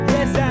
Yes